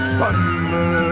thunder